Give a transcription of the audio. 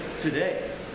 today